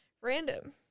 Random